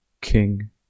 King